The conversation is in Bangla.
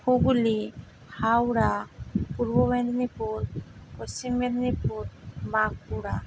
হুগলী হাওড়া পূর্ব মেদিনীপুর পশ্চিম মেদিনীপুর বাঁকুড়া